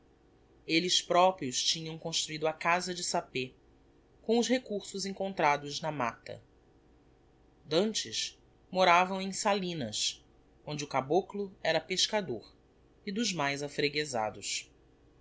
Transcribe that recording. elles proprios tinham construido a casa de sapé com os recursos encontrados na matta d'antes moravam em salinas onde o caboclo era pescador e dos mais